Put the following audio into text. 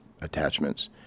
attachments